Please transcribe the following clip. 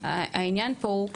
העניין פה הוא,